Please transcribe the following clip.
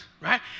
right